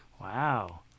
Wow